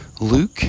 Luke